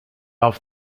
off